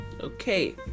okay